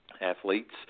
athletes